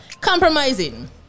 compromising